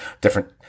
different